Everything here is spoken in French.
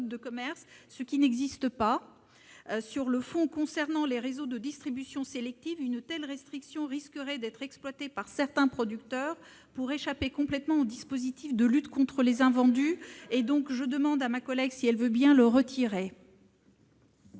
de commerce qui n'existe pas. Sur le fond, concernant les réseaux de distribution sélective, une telle restriction risquerait d'être exploitée par certains producteurs pour échapper complètement au dispositif de lutte contre les invendus. Pour des raisons de fond et de forme,